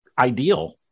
ideal